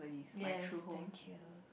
yes thank you